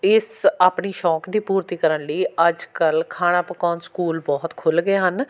ਇਸ ਆਪਣੀ ਸ਼ੌਂਕ ਦੀ ਪੂਰਤੀ ਕਰਨ ਲਈ ਅੱਜ ਕੱਲ੍ਹ ਖਾਣਾ ਪਕਾਉਣ ਸਕੂਲ ਬਹੁਤ ਖੁੱਲ੍ਹ ਗਏ ਹਨ